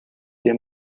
the